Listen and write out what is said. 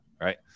right